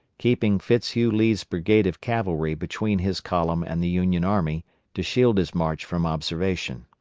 keeping fitz hugh lee's brigade of cavalry between his column and the union army to shield his march from observation.